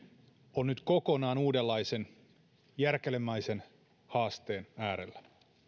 on nyt kokonaan uudenlaisen järkälemäisen haasteen äärellä